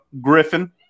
Griffin